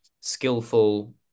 skillful